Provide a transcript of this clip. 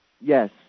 Yes